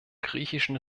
griechischen